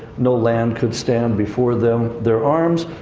no land could stand before them, their arms.